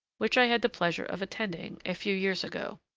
which i had the pleasure of attending a few years ago.